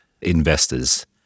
investors